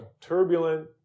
turbulent